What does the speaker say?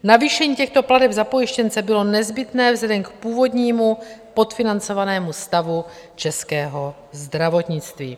Navýšení těchto plateb za pojištěnce bylo nezbytné vzhledem k původnímu podfinancovanému stavu českého zdravotnictví.